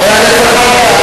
הוא אחראי ליערות, מי?